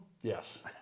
Yes